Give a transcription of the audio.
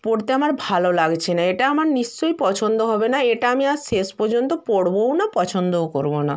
পড়তে আমার ভালো লাগছে না এটা আমার নিশ্চই পছন্দ হবে না এটা আমি আর শেষ পর্যন্ত পড়বও না পছন্দও করবো না